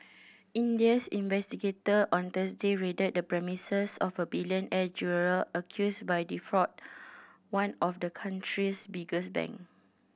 Indians investigator on Thursday raided the premises of a billionaire jeweller accused of defraud one of the country's biggest bank